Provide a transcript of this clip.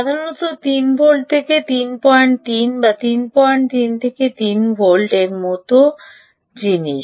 সাধারণত 5 ভোল্ট থেকে 33 বা 33 থেকে 30 এবং এর মতো জিনিস